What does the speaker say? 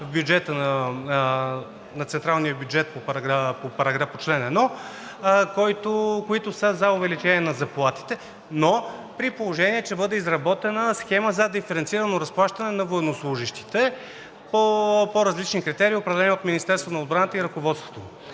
целеви на централния бюджет по чл. 1, които са за увеличение на заплатите, но при положение че бъде изработена схема за диференцирано разплащане на военнослужещите по по-различни критерии, определени от Министерството на отбраната и ръководството.